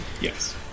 Yes